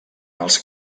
els